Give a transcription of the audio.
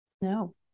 No